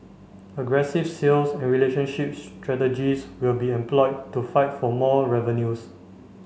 aggressive sales and relationship strategies will be employed to fight for more revenues